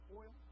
oil